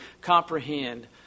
comprehend